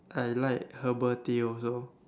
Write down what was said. I like herbal Tea also